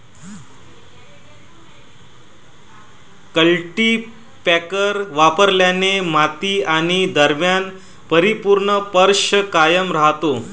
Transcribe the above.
cultipacker वापरल्याने माती आणि दरम्यान परिपूर्ण स्पर्श कायम राहतो